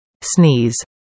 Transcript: Sneeze